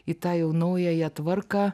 į tą jau naująją tvarką